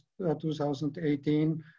2018